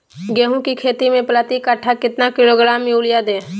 गेंहू की खेती में प्रति कट्ठा कितना किलोग्राम युरिया दे?